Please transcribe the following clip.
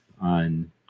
on